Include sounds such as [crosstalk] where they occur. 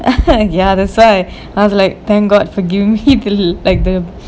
[laughs] ya that's why I was like thank god for giving me this like the